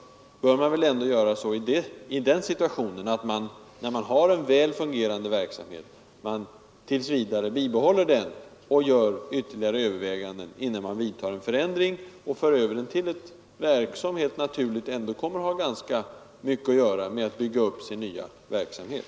I den situationen bör man väl, när man har en väl fungerande verksamhet, tills vidare behålla den och göra ytterligare överväganden innan man vidtar en förändring och för över den till ett verk som helt naturligt ändå kommer att ha ganska mycket att göra med att bygga upp sin nya verksamhet.